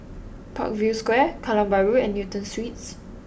Parkview Square Kallang Bahru and Newton Suites